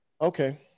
Okay